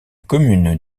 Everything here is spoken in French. commune